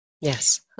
Yes